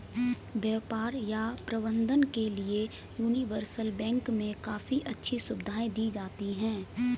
व्यापार या प्रबन्धन के लिये यूनिवर्सल बैंक मे काफी अच्छी सुविधायें दी जाती हैं